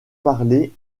parlé